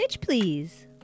please